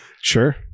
Sure